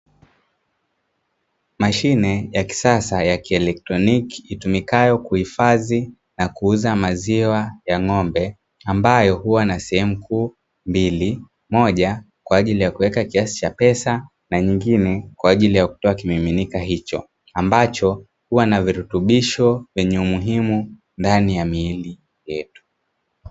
Mashine ya kisasa ya kielektroniki itumikayo kuhifadhi na kuuza maziwa ya ng'ombe, ambayo huwa na sehemu kuu mbili: moja kwa ajili ya kuweka kiasi cha pesa na nyingine kwa ajili ya kutoa kimiminika hicho, ambacho huwa na virutubisho vyenye umuhimu ndani ya miili yetu.